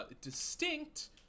Distinct